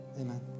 amen